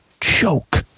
choke